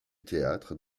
théâtre